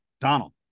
Donald